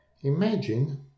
Imagine